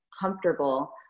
comfortable